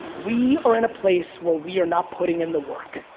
we are in a place where we are not putting in the work.